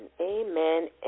Amen